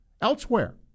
elsewhere